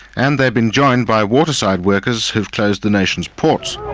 and they've been joined by waterside workers have closed the nation's ports.